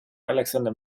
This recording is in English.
alexander